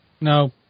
No